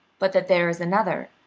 but that there is another,